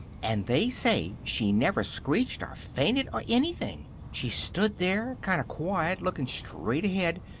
and they say she never screeched or fainted or anything. she stood there, kind of quiet, looking straight ahead,